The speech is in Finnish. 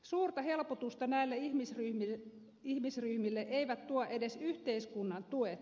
suurta helpotusta näille ihmisryhmille eivät tuo edes yhteiskunnan tuet